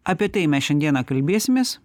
apie tai mes šiandieną kalbėsimės